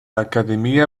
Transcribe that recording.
akademia